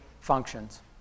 functions